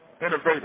innovative